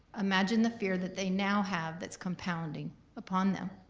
imagine the fear that they now have that's compounding upon them.